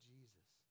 Jesus